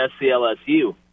SCLSU